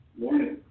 morning